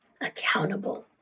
accountable